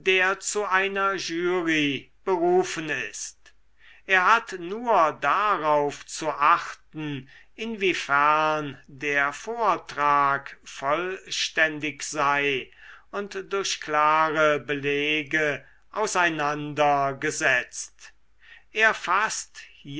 zu einer jury berufen ist er hat nur darauf zu achten inwiefern der vortrag vollständig sei und durch klare belege auseinandergesetzt er